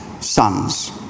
sons